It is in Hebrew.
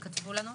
בבקשה.